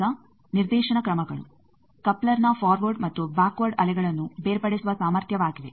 ಈಗ ನಿರ್ದೇಶನ ಕ್ರಮಗಳು ಕಪ್ಲರ್ನ ಫಾರ್ವರ್ಡ್ ಮತ್ತು ಬ್ಯಾಕ್ವರ್ಡ್ ಅಲೆಗಳನ್ನು ಬೇರ್ಪಡಿಸುವ ಸಾಮರ್ಥ್ಯವಾಗಿವೆ